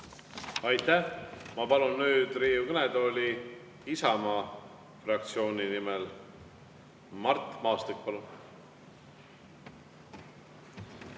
Aitäh! Ma palun nüüd Riigikogu kõnetooli Isamaa fraktsiooni nimel Mart Maastiku.